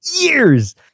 Years